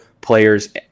players